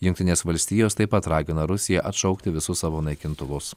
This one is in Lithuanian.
jungtinės valstijos taip pat ragina rusiją atšaukti visus savo naikintuvus